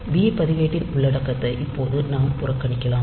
b பதிவேட்டின் உள்ளடக்கத்தை இப்போது நாம் புறக்கணிக்கலாம்